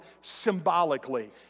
symbolically